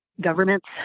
governments